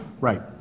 right